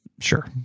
Sure